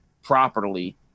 properly